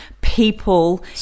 people